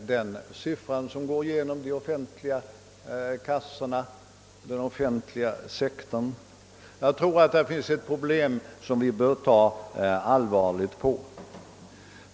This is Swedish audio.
det belopp som går genom den offentliga sektorn. Jag tror att vi här har ett avvägningsproblem som man bör ta allvarligt på.